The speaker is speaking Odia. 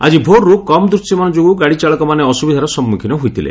ଆକି ଭୋର୍ରୁ କମ୍ ଦୃଶ୍ୟମାନ ଯୋଗୁଁ ଗାଡ଼ି ଚାଳକମାନେ ଅସୁବିଧାର ସମ୍ମୁଖୀନ ହୋଇଥିଲେ